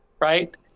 right